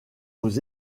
aux